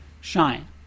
shine